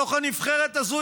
מתוך הנבחרת הזאת,